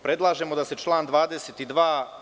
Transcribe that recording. Predlažemo da se član 22.